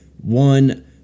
One